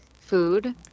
food